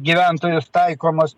gyventojus taikomos